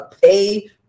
pay